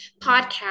podcast